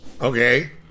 okay